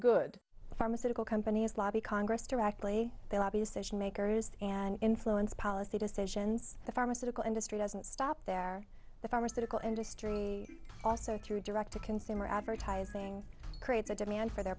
good pharmaceutical companies lobby congress directly they lobby a station makers and influence policy decisions the pharmaceutical industry doesn't stop there the pharmaceutical industry also through direct to consumer advertising creates a demand for their